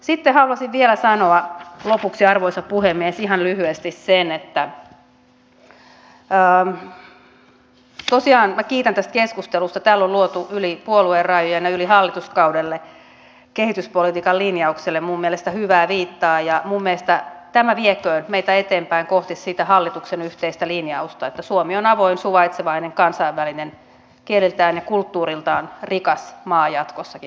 sitten haluaisin vielä sanoa lopuksi arvoisa puhemies ihan lyhyesti sen että tosiaan minä kiitän tästä keskustelusta täällä on luotu yli puoluerajojen ja yli hallituskauden kehityspolitiikan linjaukselle minun mielestäni hyvää viittaa ja minun mielestäni tämä vieköön meitä eteenpäin kohti sitä hallituksen yhteistä linjausta että suomi on avoin suvaitsevainen kansainvälinen kieliltään ja kulttuuriltaan rikas maa jatkossakin